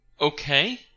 okay